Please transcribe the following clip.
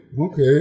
Okay